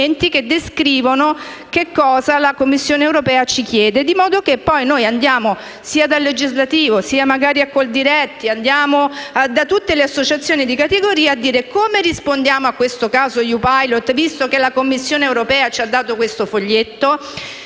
che descrivono quello che la Commissione europea ci chiede, in modo che poi andiamo sia dal legislativo sia da Coldiretti, ovvero da tutte le associazioni di categoria, a dire come rispondiamo a quel caso EU Pilot, visto che la Commissione europea ci ha dato quel foglietto.